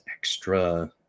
extra